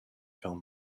film